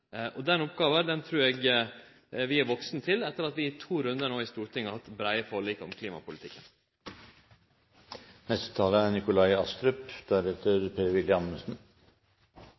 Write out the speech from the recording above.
vidare. Den oppgåva trur eg vi er vaksne nok til å ta, etter at vi i to rundar i Stortinget har hatt breie forlik om